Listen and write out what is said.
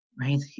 right